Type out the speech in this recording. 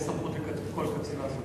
יש סמכות לכל קצין לעשות את זה.